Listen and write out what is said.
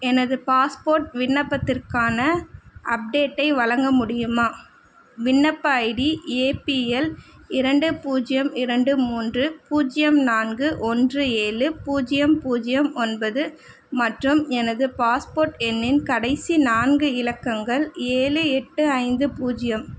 எனது பாஸ்போர்ட் விண்ணப்பத்திற்கான அப்டேட்டை வழங்க முடியுமா விண்ணப்ப ஐடி ஏபிஎல் இரண்டு பூஜ்யம் இரண்டு மூன்று பூஜ்யம் நான்கு ஒன்று ஏழு பூஜ்யம் பூஜ்யம் ஒன்பது மற்றும் எனது பாஸ்போர்ட் எண்ணின் கடைசி நான்கு இலக்கங்கள் ஏழு எட்டு ஐந்து பூஜ்யம்